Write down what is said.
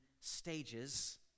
stages